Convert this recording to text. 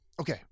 Okay